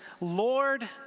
Lord